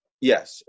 yes